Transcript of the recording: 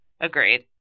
agreed